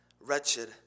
wretched